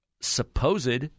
supposed